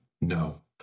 No